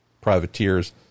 privateers